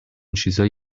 چیزای